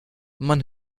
man